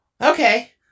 Okay